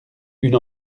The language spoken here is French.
une